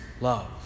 love